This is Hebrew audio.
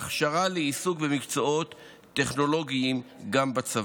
והכשרה לעיסוק במקצועות טכנולוגיים גם בצבא.